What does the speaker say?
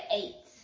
eight